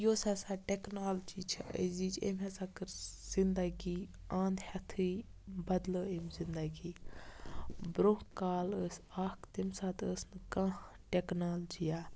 یۄس ہَسا ٹیٚکنالجی چھِ أزِچ أمۍ ہَسا کٔر زِندَگی انٛدہیٚتھٕے بَدلٲو أمۍ زِندَگی برونٛہہ کال أسۍ اکھ تمہِ ساتہٕ ٲسۍ نہٕ کانٛہہ ٹیٚکنالجِیا